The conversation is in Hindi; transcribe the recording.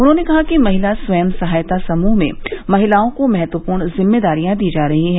उन्होंने कहा कि महिला स्वयं सहायता समूह में महिलाओं को महत्वपूर्ण जिम्मेदारियां दी जा रही हैं